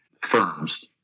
firms